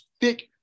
thick